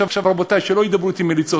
עכשיו, רבותי, שלא ידברו אתי מליצות.